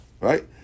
Right